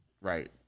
right